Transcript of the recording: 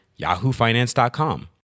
yahoofinance.com